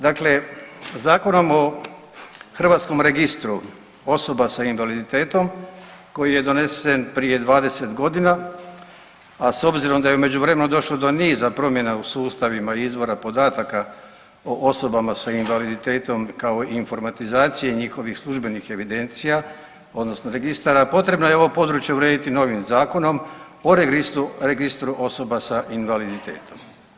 Dakle Zakonom o Hrvatskom registru osoba sa invaliditetom koji je donesen prije 20 godina, a s obzirom da je u međuvremenu došlo do niza promjena u sustavima i izvora podataka o osobama s invaliditetom kao i informatizacije njihovih službenih evidencija, odnosno registara, potrebno je ovo područje urediti novim Zakonom o Registru osoba sa invaliditetom.